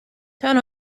turn